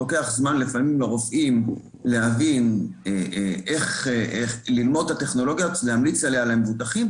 לפעמים לוקח זמן לרופאים ללמוד את הטכנולוגיה ולהמליץ עליה למבוטחים,